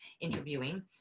interviewing